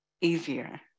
easier